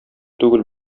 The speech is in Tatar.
түгел